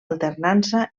alternança